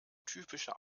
typische